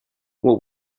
what